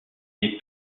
est